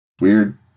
Weird